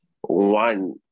one